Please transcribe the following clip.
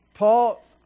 Paul